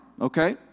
okay